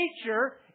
nature